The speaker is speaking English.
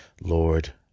lord